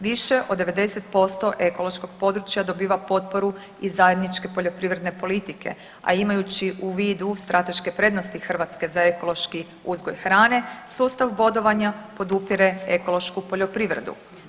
Više od 90% ekološkog područja dobiva potporu iz zajedničke poljoprivredne politike, a imajući u vidu strateške prednosti Hrvatske za ekološki uzgoj hrane, sustav bodovanja podupire ekološku poljoprivredu.